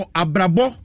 abrabo